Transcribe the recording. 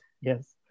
Yes